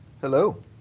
Hello